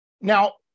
Now